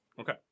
Okay